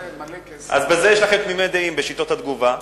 מלא, אז בזה יש לכם תמימות דעים, בשיטות התגובה.